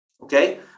Okay